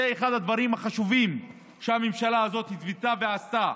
זה אחד הדברים החשובים שהממשלה הזאת החליטה ועשתה.